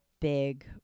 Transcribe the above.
big